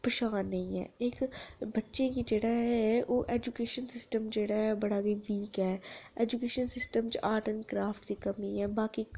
पन्छान नेईं ऐ इक बच्चे गी जेह्ड़ा ऐ ओह् औजुकेशन सिस्टम जेह्ड़ा ऐ बड़ा गे वीक ऐ ऐजुकेशन सिस्टम च आर्ट ऐंड क्राफट दी कमी ऐ बाकी